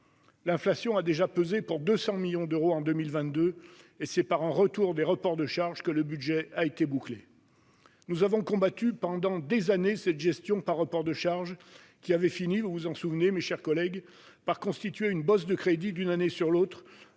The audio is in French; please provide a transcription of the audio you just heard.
L'inflation a déjà pesé pour 200 millions en 2022, et c'est par un retour des reports de charge que le budget a été bouclé. Nous avons combattu pendant des années cette gestion par reports de charges qui avait fini- vous vous en souvenez, mes chers collègues -par constituer une « bosse » de crédits d'une année sur l'autre